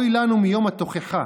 אוי לנו מיום התוכחה.